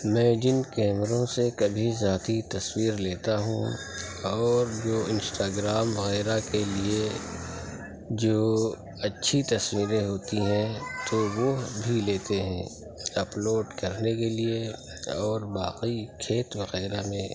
میں جن کیمروں سے کبھی ذاتی تصویر لیتا ہوں اور جو انسٹاگرام وغیرہ کے لیے جو اچھی تصویریں ہوتی ہیں تو وہ بھی لیتے ہیں اپلوڈ کرنے کے لیے اور باقی کھیت وغیرہ میں